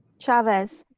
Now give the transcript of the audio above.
chavez,